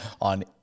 on